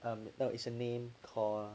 I'm but it's a name called